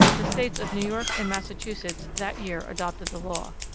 the states of new york and massachusetts that year adopted the law.